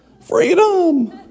Freedom